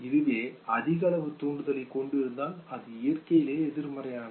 இதுவே அதிக அளவு தூண்டுதலைக் கொண்டுருந்தால் அது இயற்கையிலேயே எதிர்மறையானது